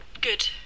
good